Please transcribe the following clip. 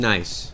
Nice